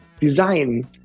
design